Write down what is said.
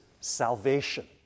salvation